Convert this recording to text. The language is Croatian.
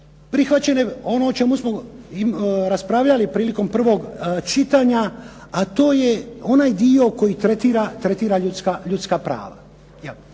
prihvaćene ono o čemu smo raspravljali prilikom prvog čitanja, a to je onaj dio koji tretira ljudska prava.